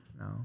no